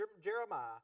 Jeremiah